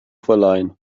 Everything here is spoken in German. verleihen